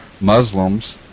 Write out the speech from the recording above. Muslims